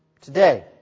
Today